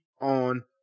on